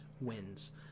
wins